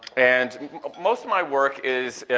and most of my work is,